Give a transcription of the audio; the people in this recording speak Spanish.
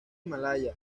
malaya